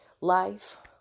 life